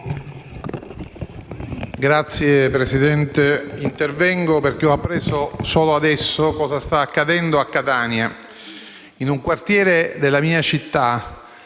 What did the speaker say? Signora Presidente, intervengo perché ho ap- preso solo adesso cosa sta accadendo a Catania. In un quartiere della mia città,